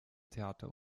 theater